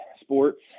sports